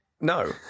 No